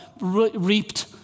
reaped